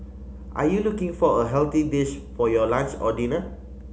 are you looking for a healthy dish for your lunch or dinner